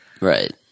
Right